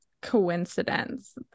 coincidence